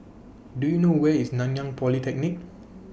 Do YOU know Where IS Nanyang Polytechnic